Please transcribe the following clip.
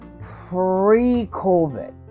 pre-COVID